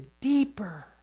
deeper